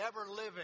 ever-living